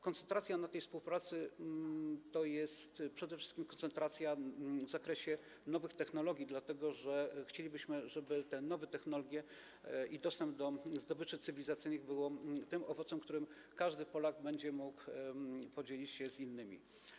Koncentracja na tej współpracy to jest przede wszystkim koncentracja w zakresie nowych technologii, dlatego że chcielibyśmy, żeby te nowe technologie i dostęp do zdobyczy cywilizacyjnych były tym owocem, którym każdy Polak będzie mógł podzielić się z innymi.